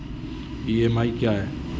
EMI क्या है?